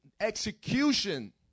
execution